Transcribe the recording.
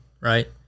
right